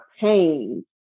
pain